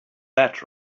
that